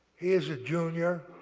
is a junior,